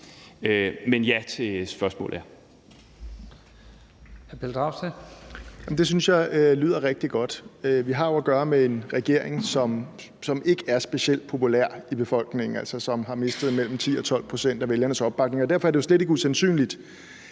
Pelle Dragsted (EL): Det synes jeg lyder rigtig godt. Vi har jo at gøre med en regering, som ikke er specielt populær i befolkningen, altså som har mistet mellem 10-12 pct. af vælgernes opbakning. Derfor er det jo slet ikke usandsynligt,